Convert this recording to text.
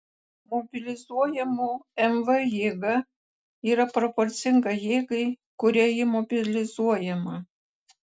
mobilizuojamų mv jėga yra proporcinga jėgai kuria ji mobilizuojama